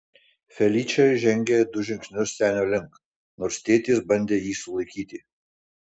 feličė žengė du žingsnius senio link nors tėtis bandė jį sulaikyti